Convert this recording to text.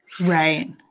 right